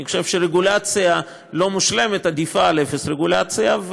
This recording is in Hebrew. אני חושב שרגולציה לא מושלמת עדיפה על אפס רגולציה,